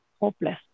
hopeless